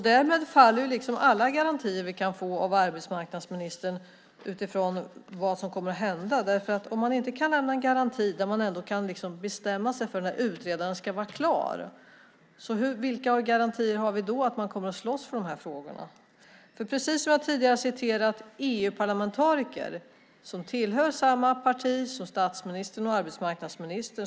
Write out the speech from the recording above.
Därmed faller liksom alla garantier vi kan få av arbetsmarknadsministern kring vad som kommer att hända. Om man inte ens kan lämna en garanti där man ändå kan bestämma när utredaren ska vara klar, vilka garantier har vi då att man kommer att slåss för de här frågorna? Jag har tidigare citerat EU-parlamentariker som tillhör samma parti som statsministern och arbetsmarknadsministern.